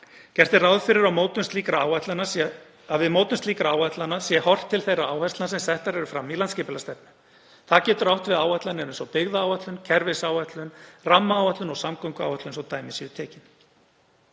Gert er ráð fyrir að við mótun slíkra áætlana sé horft til þeirra áherslna sem settar eru fram í landsskipulagsstefnu. Það getur átt við áætlanir eins og byggðaáætlun, kerfisáætlun, rammaáætlun og samgönguáætlun svo dæmi séu tekin.